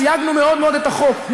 סייגנו מאוד מאוד את החוק.